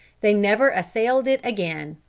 they never assailed it again.